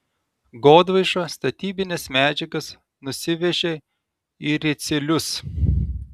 godvaiša statybines medžiagas nusivežė į ricielius